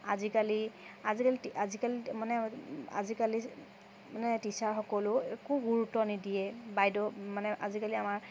আজিকালি আজিকালি আজিকালি মানে আজিকালি মানে টিচাৰসকলেও একো গুৰুত্ব নিদিয়ে বাইদেউ মানে আজিকালি আমাৰ